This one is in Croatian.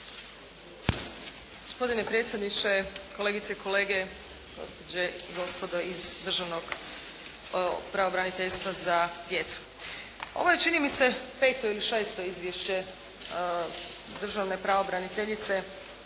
Gospodine predsjedniče, kolegice i kolege, gospođe i gospodo iz Državnog pravobraniteljstva za djecu. Ovo je čini mi se peto ili šesto izvješće državne pravobraniteljice